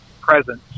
presence